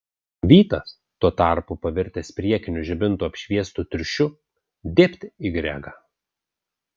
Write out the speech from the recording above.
vytas tuo tarpu pavirtęs priekinių žibintų apšviestu triušiu dėbt į gregą